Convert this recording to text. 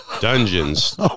Dungeons